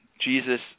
Jesus